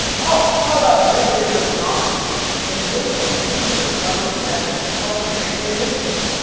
oh, how about, gravedigger of democracy and millionaire using her government connections to help her family business?